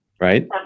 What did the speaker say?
right